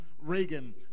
Reagan